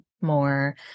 more